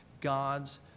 God's